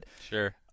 Sure